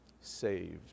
saved